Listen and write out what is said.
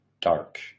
dark